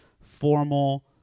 formal